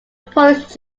polish